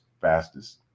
fastest